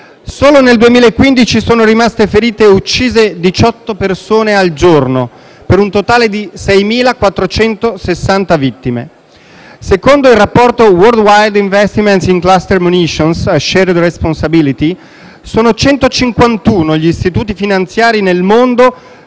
Solo nel 2015 sono rimaste ferite o uccise 18 persone al giorno, per un totale di 6.460 vittime. Secondo il rapporto «Worldwide investments in cluster munitions: a shared responsibility», sono 151 gli istituti finanziari nel mondo